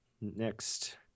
next